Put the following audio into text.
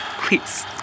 Please